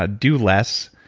ah do less,